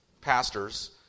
pastors